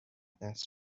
دست